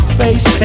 face